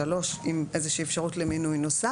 שלוש עם איזשהו אפשרות למינוי נוסף.